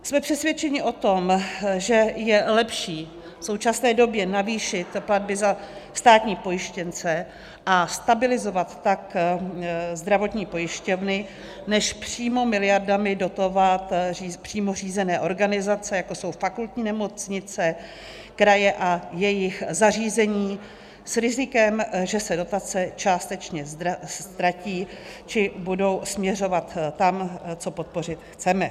Jsme přesvědčeni o tom, že je lepší v současné době navýšit platby za státní pojištěnce a stabilizovat tak zdravotní pojišťovny než přímo miliardami dotovat přímo řízené organizace, jako jsou fakultní nemocnice, kraje a jejich zařízení s rizikem, že se dotace částečně ztratí či budou směřovat tam, co podpořit chceme.